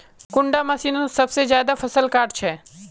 कुंडा मशीनोत सबसे ज्यादा फसल काट छै?